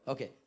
Okay